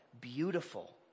Beautiful